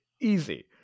Easy